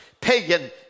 pagan